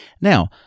Now